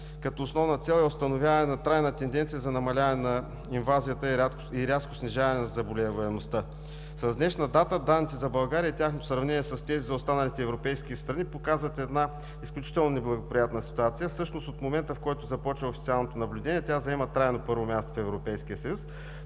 г. Основна цел е установяването на трайна тенденция за намаляване на инвазията и рязко снижаване на заболеваемостта. С днешна дата данните за България и тяхното сравнение с тези за останалите европейски страни показват изключително неблагоприятна ситуация. В момента, когато започва официалното й наблюдение, тя заема трайно първо място в Европейския съюз,